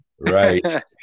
Right